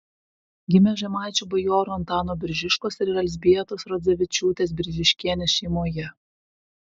gimė žemaičių bajorų antano biržiškos ir elzbietos rodzevičiūtės biržiškienės šeimoje